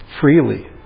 freely